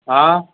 હા